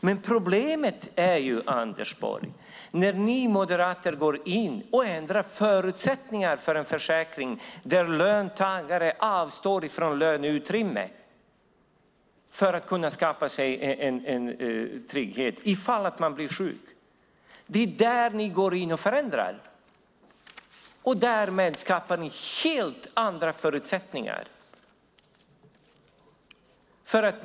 Men problemet är, Anders Borg, att ni moderater går in och ändrar förutsättningarna för en försäkring där löntagare avstår ifrån löneutrymme för att kunna skapa sig en trygghet ifall man blir sjuk. Det är där ni går in och förändrar. Därmed skapar ni helt andra förutsättningar.